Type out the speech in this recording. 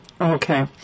Okay